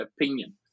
opinion